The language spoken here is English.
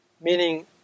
meaning